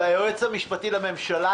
אני מציע שתשלח ליועץ המשפטי לממשלה,